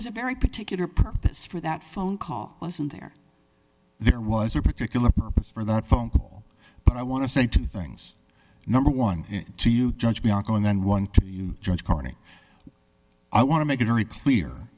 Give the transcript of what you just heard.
was a very particular purpose for that phone call wasn't there there was a particular purpose for that phone call but i want to say two things number one to you judge bianco and then one judge corning i want to make it very clear